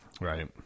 Right